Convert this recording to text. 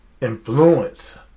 influence